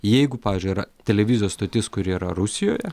jeigu pavyzdžiui yra televizijos stotis kuri yra rusijoje